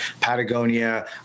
Patagonia